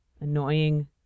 annoying